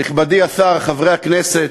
נכבדי השר, חברי הכנסת,